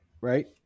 right